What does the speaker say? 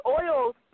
oils